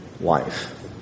life